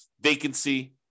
vacancy